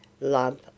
love